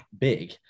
big